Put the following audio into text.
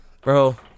Bro